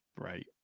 Right